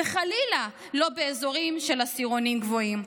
וחלילה לא באזורים של עשירונים גבוהים.